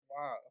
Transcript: Wow